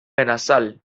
benassal